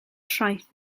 traeth